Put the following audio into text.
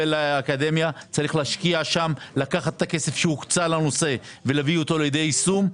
לקחת את הכסף שהוקצה לנושא ולהביאו ליישום.